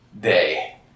day